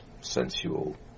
sensual